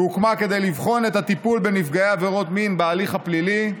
שהוקמה כדי לבחון את הטיפול בנפגעי עבירות מין בהליך הפלילי,